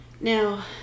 Now